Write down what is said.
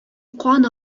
кан